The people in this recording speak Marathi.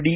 डी